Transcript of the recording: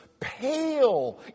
Pale